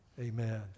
Amen